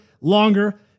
longer